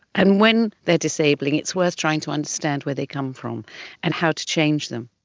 and when they are disabling it's worth trying to understand where they come from and how to change them.